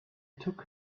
took